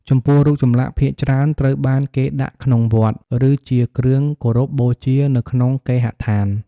ចំពោះ រូបចម្លាក់ភាគច្រើនត្រូវបានគេដាក់ក្នុងវត្ត ឬជាគ្រឿងគោរពបូជានៅក្នុងគេហដ្ឋាន។